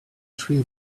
three